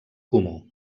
comú